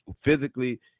physically